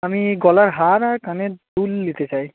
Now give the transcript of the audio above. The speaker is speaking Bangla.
আমি গলার হার আর কানের দুল নিতে চাই